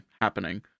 happening